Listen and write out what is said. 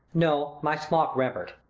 no, my smock rampant.